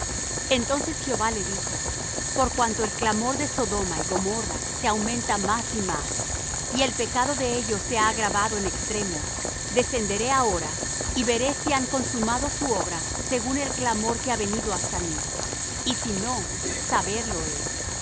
entonces jehová le dijo por cuanto el clamor de sodoma y gomorra se aumenta más y más y el pecado de ellos se ha agravado en extremo descenderé ahora y veré si han consumado su obra según el clamor que ha venido hasta mí y si no saberlo he